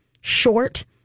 short